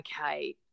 okay